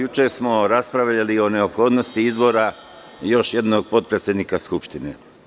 Juče smo raspravljali o neophodnosti izbora još jednog potpredsednika Skupštine.